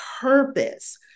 purpose